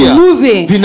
moving